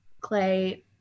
Clay